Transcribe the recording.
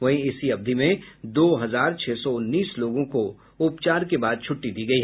वहीं इसी अवधि में दो हजार छह सौ उन्नीस लोगों को उपचार के बाद छुट्टी दी गयी